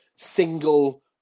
single